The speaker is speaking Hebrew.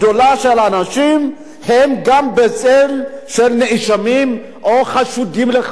אנשים שגם הם בעצם נאשמים או חשודים לכאורה.